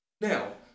Now